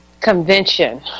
convention